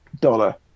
dollar